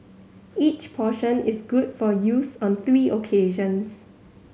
each portion is good for use on three occasions